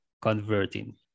converting